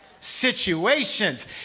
situations